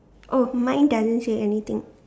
oh mine doesn't say anything